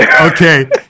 Okay